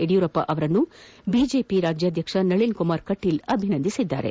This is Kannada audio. ಯಡಿಯೂರಪ್ಪ ಅವರನ್ನು ಬಿಜೆಪಿ ರಾಜ್ಕಾಧ್ಯಕ್ಷ ನಳಿನ್ ಕುಮಾರ್ ಕಟೀಲ್ ಅಭಿನಂದಿಸಿದ್ದಾರೆ